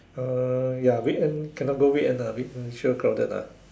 uh ya weekend cannot go weekend ah week sure crowded lah